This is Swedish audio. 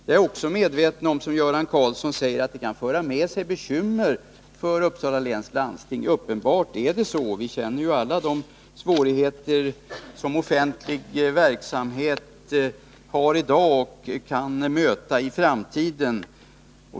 Jag är också medveten om, som Göran Karlsson säger, att det kan föra med sig bekymmer för Uppsala läns landsting. Det är uppenbart så — vi känner alla de svårigheter som offentlig verksamhet har i dag och kan möta iframtiden.